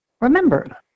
Remember